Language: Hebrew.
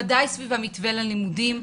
ודאי סביב המתווה ללימודים.